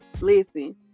Listen